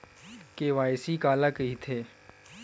KYC काला कइथे?